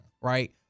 Right